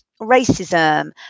racism